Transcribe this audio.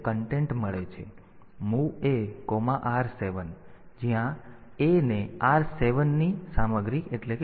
MOV AR7 A ને R7 ની સામગ્રી મળે છે